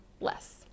less